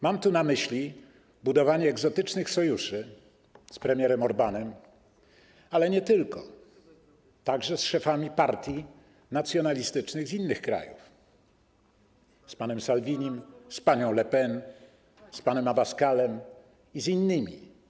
Mam tu na myśli budowanie egzotycznych sojuszy z premierem Orbánem, ale nie tylko, także z szefami partii nacjonalistycznych z innych krajów, z panem Salvinim, z panią Le Pen, z panem Abascalem i z innymi.